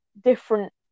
different